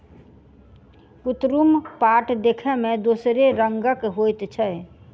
कुतरुम पाट देखय मे दोसरे रंगक होइत छै